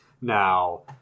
Now